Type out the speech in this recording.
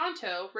Tonto